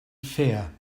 fear